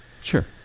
Sure